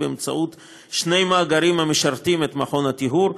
באמצעות שני מאגרים המשרתים את מכון הטיהור: